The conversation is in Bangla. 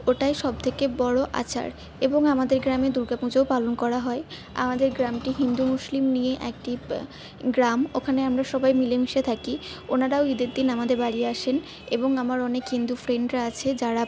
ওটাই সবথেকে বড় আচার এবং আমাদের গ্রামে দুর্গা পুজোও পালন করা হয় আমাদের গ্রামটি হিন্দু মুসলিম নিয়েই একটি গ্রাম ওখানে আমরা সবাই মিলেমিশে থাকি ওনারাও ঈদের দিন আমাদের বাড়ি আসেন এবং আমার অনেক হিন্দু ফ্রেন্ডরা আছে যারা